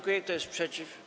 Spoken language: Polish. Kto jest przeciw?